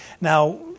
Now